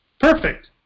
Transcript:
Perfect